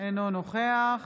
אינו נוכח